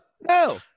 no